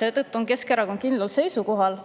Seetõttu on Keskerakond kindlal seisukohal,